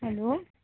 hello